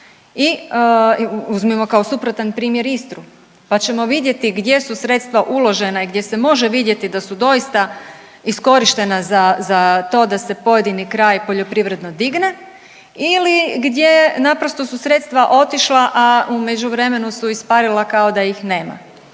uzmimo kao suprotan primjer Istru, pa ćemo vidjeti gdje su sredstva uložena i gdje se može vidjeti da su doista iskorištena za, za to da se pojedini kraj poljoprivredno digne ili gdje naprosto su sredstva otišla, a u međuvremenu su isparila kao da ih nema,